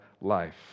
life